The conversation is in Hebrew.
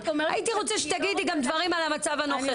הייתי רוצה שתגידי גם דברים על המצב הנוכחי.